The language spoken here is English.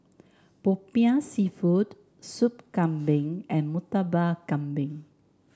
popiah seafood Soup Kambing and Murtabak Kambing